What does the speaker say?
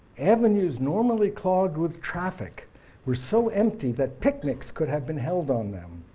avenues normally clogged with traffic were so empty that picnics could have been held on them,